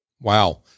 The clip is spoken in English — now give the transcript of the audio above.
Wow